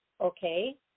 okay